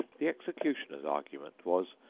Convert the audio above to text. the executioner's argument was,